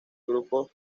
grupos